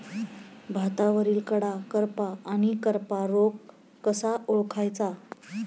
भातावरील कडा करपा आणि करपा रोग कसा ओळखायचा?